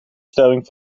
stelling